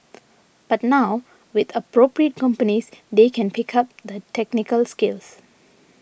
but now with appropriate companies they can pick up the technical skills